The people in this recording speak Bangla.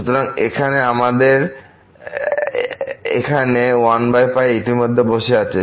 সুতরাং এখানে আমাদের এখানে 1π ইতিমধ্যে বসে আছে